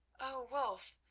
oh, wulf!